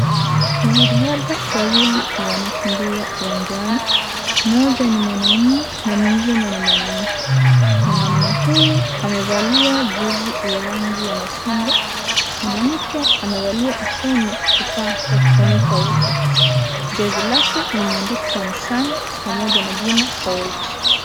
Wanariadha wawili wanakimbia uwanjani. Mmoja ni mwanaume na mwingine ni mwanamke. Mwanaume huyu, amevalia jezi ya rangi ya machungwa. Mwanamke amevaa usoni, kifaa cha kufunika uso. Jezi lake, limeandikwa Nissan, pamoja na jina Koech.